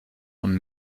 und